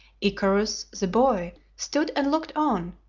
icarus, the boy, stood and looked on,